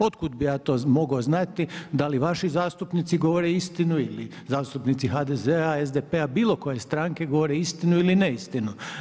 Od kuda bi ja to mogao znati da li vaši zastupnici govore istinu ili zastupnici HDZ-a, SDP-a, bilo koje stranke govore istinu ili neistinu.